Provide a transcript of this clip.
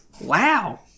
Wow